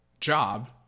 job